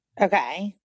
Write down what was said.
Okay